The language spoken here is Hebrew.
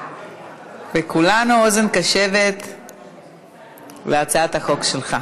וכולנו אוזן קשבת להצעת החוק שלך.